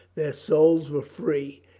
their souls were free.